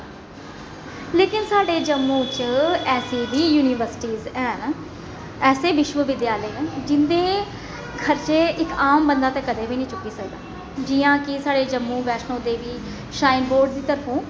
लेकिन साढ़े जम्मू च ऐसी बी यूनिबर्सिटीस हैन ऐसे बिश्वबिधालय न जिं'दे खर्चे आम बंदा ते कदें बी नेंई चुकी सकदा जि'यां कि साढ़े जम्मू बैष्णो देवी श्राइन बोर्ड दी तरफो